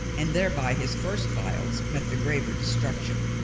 and there by his first files met the graver destruction.